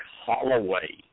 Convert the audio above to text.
Holloway